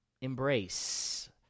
embrace